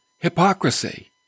hypocrisy